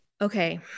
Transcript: okay